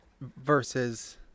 versus